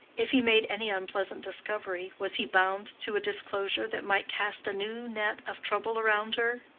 if he made any unpleasant discovery, was he bound to a disclosure that might cast a new net of trouble around her?